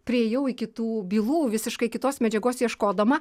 priėjau iki tų bylų visiškai kitos medžiagos ieškodama